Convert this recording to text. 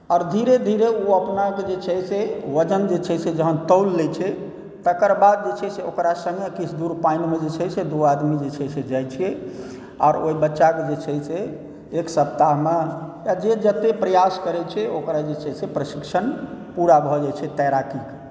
और धीरे धीरे ओ अपनाके जे छै से वजन जे छै से जहन तौल लै छै तकर बाद जे छै से ओकरा कनिए किछु दुर पानिमे जे छै से डुबाकऽ आब जे छै से जाइ छियै आर ओहि बच्चाके जे छै से एक सप्ताहमे या जे जते प्रयास करै छै ओकरा जे छै से प्रशिक्षण पुरा भए जाइ छै तैराकीके